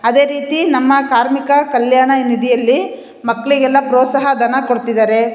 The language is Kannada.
ಅದೇ ರೀತಿ ನಮ್ಮ ಕಾರ್ಮಿಕ ಕಲ್ಯಾಣ ನಿಧಿಯಲ್ಲಿ ಮಕ್ಕಳಿಗೆಲ್ಲ ಪ್ರೋತ್ಸಾಹ ಧನ ಕೊಡ್ತಿದ್ದಾರೆ